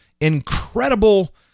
incredible